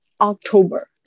October